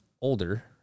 older